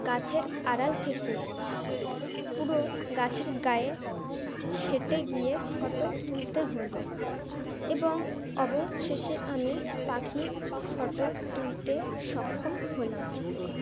গাছের আড়াল থেকে পুরো গাছের গায়ে সেঁটে গিয়ে ফটো তুলতে হলো এবং অবশেষে আমি পাখির ফটো তুলতে সক্ষম হলাম